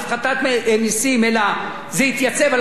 אלא זה יתייצב על המצב שבו אנחנו נמצאים היום,